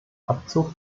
abzug